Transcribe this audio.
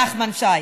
נחמן שי.